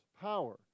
power